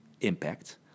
impact